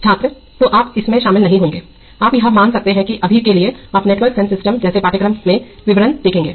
छात्र तो आप इसमें शामिल नहीं होंगेआप यह मान सकते हैं कि अभी के लिए आप नेटवर्क सेंस सिस्टम जैसे पाठ्यक्रम में विवरण देखेंगे